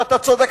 ואתה צודק,